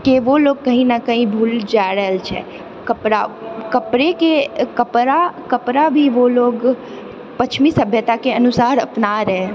के वो लोग कहीं नऽ कहीं भूल जा रहल छै कपड़ा कपड़ेके कपड़ा कपड़ा भी वो लोग पश्चिमी सभ्यताके अनुसार अपना रहे